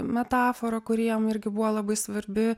metafora kuri jam irgi buvo labai svarbi